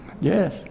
Yes